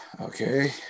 Okay